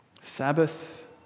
Sabbath